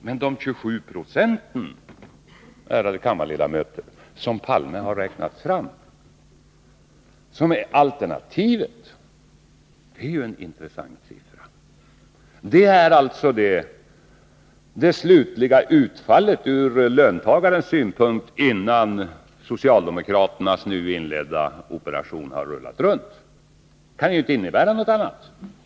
Men de 27 procenten, ärade kammarledamöter, som Olof Palme har räknat fram och som är alternativet, är ju en intressant siffra. Det är alltså det slutliga utfallet ur löntagarens synpunkt, innan socialdemokraternas nu inledda operation har ”rullat runt”. Det kan ju inte innebära något annat.